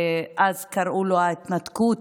אז קראו לו ההתנתקות,